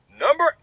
number